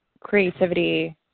creativity